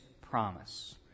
promise